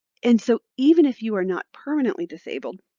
and so even if you are not permanently disabled,